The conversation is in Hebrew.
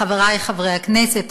חברי חברי כנסת,